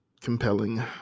compelling